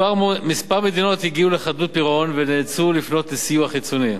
כמה מדינות הגיעו לחדלות פירעון ונאלצו לפנות לסיוע חיצוני.